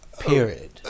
period